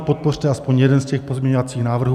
Podpořte aspoň jeden z těch pozměňovacích návrhů.